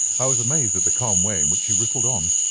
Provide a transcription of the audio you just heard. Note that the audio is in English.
i was amazed at the calm way in which he rippled on.